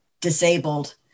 disabled